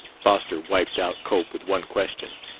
foster wiped out cope with one question.